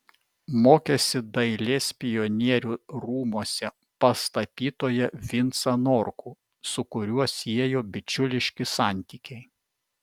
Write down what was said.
mokėsi dailės pionierių rūmuose pas tapytoją vincą norkų su kuriuo siejo bičiuliški santykiai